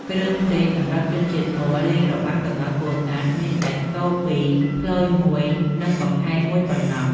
គ្រឿងភ្លេងសម្រាប់ជនជាតិព័រលេងរបាំក្ងោកពោធិ៍សាត់មានតែ ស្គរ២ ព្លយ១ និងកង្ហែន១ប៉ុណ្ណោះ ។